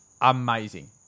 amazing